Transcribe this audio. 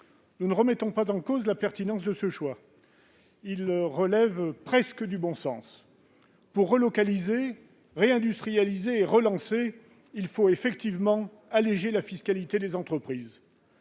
Nous ne contestons pas la pertinence de ce choix, qui relève presque du bon sens. Pour relocaliser, réindustrialiser et relancer, il faut effectivement alléger la fiscalité des entreprises.